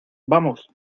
vamos